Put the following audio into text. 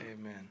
Amen